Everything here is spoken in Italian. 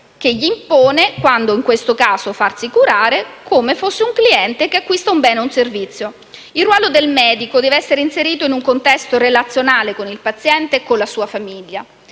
caso gli impone quando farsi curare, come fosse un cliente che acquista un bene o un servizio. Il ruolo del medico deve essere inserito in un contesto relazionale con il paziente e la sua famiglia.